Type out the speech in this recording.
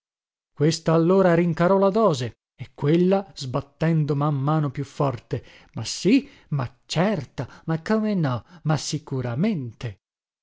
questa allora rincarò la dose e quella sbattendo man mano più forte ma sì ma certo ma come no ma sicuramente